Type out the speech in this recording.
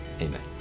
Amen